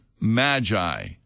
magi